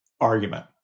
argument